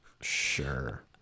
Sure